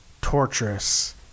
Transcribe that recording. torturous